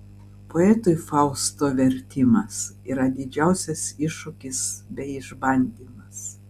poetui fausto vertimas yra didžiausias iššūkis bei išbandymas